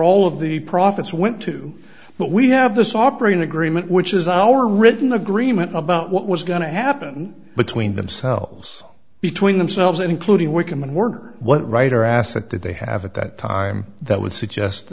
all of the profits went to but we have this operating agreement which is our written agreement about what was going to happen between themselves between themselves including wickham and werner what right or asset that they have at that time that would suggest